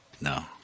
No